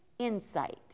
Insight